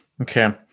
okay